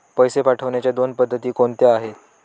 पैसे पाठवण्याच्या दोन पद्धती कोणत्या आहेत?